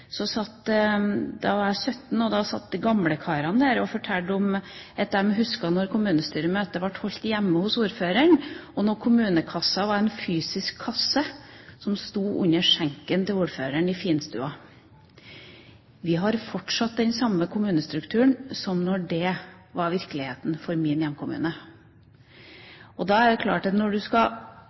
da jeg var 17 – satt gamlekara der og fortalte at de husket at kommunestyremøtene ble holdt hjemme hos ordføreren, og at kommunekassa var en fysisk kasse som sto under skjenken i finstua til ordføreren. Vi har fortsatt den samme kommunestrukturen som da det var virkeligheten for min hjemkommune. Det er klart at når